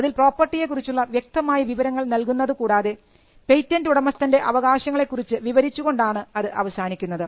അതിൽ പ്രോപ്പർട്ടിയെ കുറിച്ചുള്ള വ്യക്തമായ വിവരങ്ങൾ നൽകുന്നതു കൂടാതെ പേറ്റന്റ് ഉടമസ്ഥൻറെ അവകാശങ്ങളെക്കുറിച്ച് വിവരിച്ചുകൊണ്ടാണ് അത് അവസാനിക്കുന്നത്